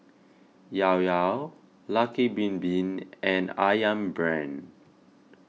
Llao Llao Lucky Bin Bin and Ayam Brand